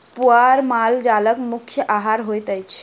पुआर माल जालक मुख्य आहार होइत अछि